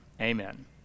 amen